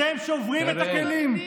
אתם שוברים את הכלים.